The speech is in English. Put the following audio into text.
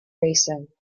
racing